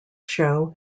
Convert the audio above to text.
show